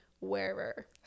wearer